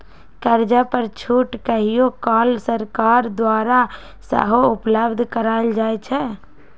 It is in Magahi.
कर्जा पर छूट कहियो काल सरकार द्वारा सेहो उपलब्ध करायल जाइ छइ